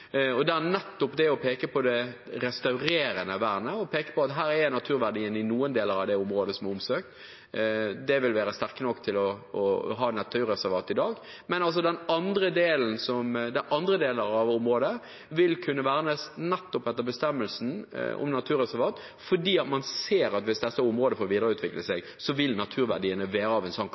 og på naturverdien i noen deler av det omsøkte området vil være sterkt nok til å kunne ha naturreservat i dag, men der andre deler av området vil kunne vernes etter bestemmelsen om naturreservat fordi man ser at hvis dette området får videreutvikle seg, vil naturverdiene være av en